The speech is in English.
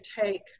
take